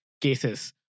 cases